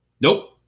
Nope